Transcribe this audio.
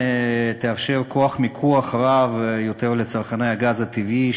היא תאפשר כוח מיקוח רב יותר לצרכני הגז הטבעי,